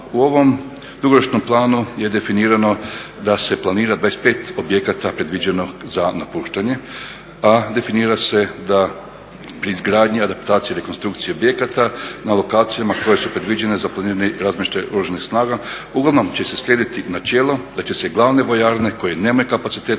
U ovom dugoročnom planu je definirano da se planira 25 objekata predviđeno za napuštanje, a definira se da pri izgradnji, adaptaciji i rekonstrukciji objekata na lokacijama koje su predviđene za … razmještaj Oružanih snaga uglavnom će se slijediti načelo da će se glavne vojarne koje nemaju kapacitet